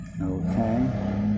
Okay